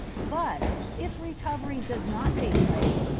but, if recovery does not take place,